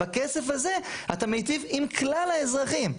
בכסף הזה אתה מיטיב עם כלל האזרחים,